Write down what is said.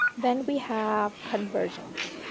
then we have conversions.